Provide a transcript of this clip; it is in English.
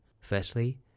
Firstly